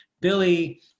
Billy